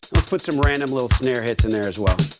let's put some random little snare hits in there as well.